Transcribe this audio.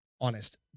Honest